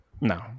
No